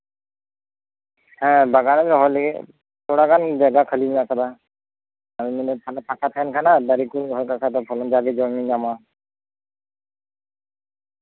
ᱦᱮᱸ ᱵᱟᱜᱟᱱ ᱨᱮᱧ ᱨᱚᱦᱚᱭ ᱞᱟᱹᱜᱤᱫ ᱛᱷᱚᱲᱟ ᱜᱟᱱ ᱡᱟᱭᱜᱟ ᱠᱷᱟᱹᱞᱤ ᱢᱮᱱᱟᱜ ᱟᱠᱟᱫᱟ ᱟᱫᱚᱧ ᱢᱮᱱᱫᱟ ᱛᱟᱦᱚᱞᱮ ᱯᱷᱟᱸᱠᱟ ᱛᱟᱦᱮᱱ ᱠᱟᱱᱟ ᱫᱟᱨᱮ ᱠᱚᱧ ᱨᱚᱦᱚᱭ ᱠᱟᱜ ᱠᱷᱟᱱ ᱡᱟᱜᱮ ᱡᱚᱢᱼᱧᱩ ᱧᱟᱢᱚᱜᱼᱟ